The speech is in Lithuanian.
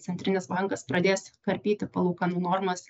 centrinis bankas pradės karpyti palūkanų normas